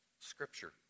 scripture